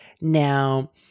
Now